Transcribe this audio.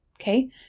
Okay